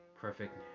perfect